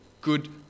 Good